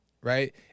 Right